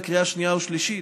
לקריאה שנייה ושלישית,